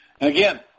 Again